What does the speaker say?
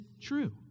true